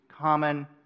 common